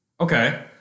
Okay